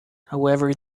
however